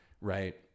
right